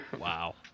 Wow